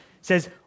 says